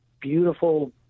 beautiful